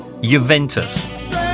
Juventus